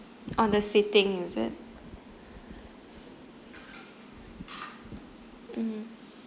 on the seating is it mmhmm